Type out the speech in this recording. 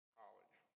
college